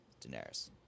Daenerys